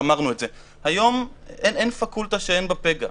ואמרו את זה, היום אין פקולטה שאין בה פגע.